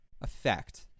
effect